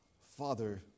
Father